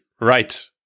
right